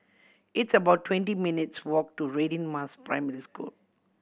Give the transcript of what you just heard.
it's about twenty minutes' walk to Radin Mas Primary School